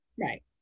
right